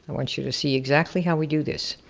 i want you to see exactly how we do this.